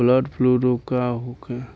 Bird flu का रोग होखे?